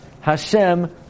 Hashem